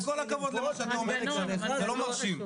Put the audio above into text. עם כל הכבוד למה שאתה אומר, זה לא מרשים.